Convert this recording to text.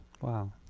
Wow